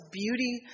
beauty